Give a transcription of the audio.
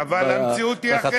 לא צריכים, אבל המציאות היא אחרת.